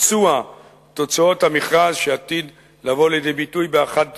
ביצוע תוצאות המכרז שעתיד לבוא לידי ביטוי ב-1 בינואר,